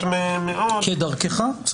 כדרכך.